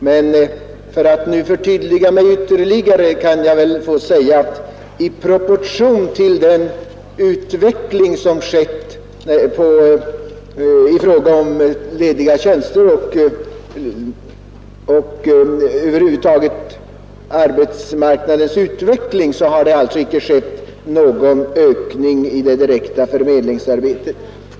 Men för att förtydliga mig ytterligare kan jag säga att i proportion till den utveckling som ägt rum på arbetsmarknaden har någon ökning i det direkta förmedlingsarbetet inte skett!